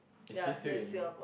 is she still in